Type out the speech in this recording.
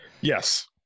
Yes